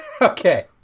Okay